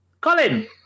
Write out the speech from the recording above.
colin